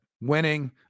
winning